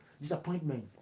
disappointment